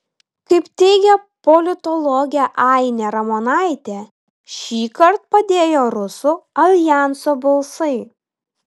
kaip teigia politologė ainė ramonaitė šįkart padėjo rusų aljanso balsai